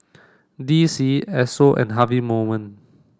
D C Esso and Harvey Norman